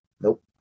nope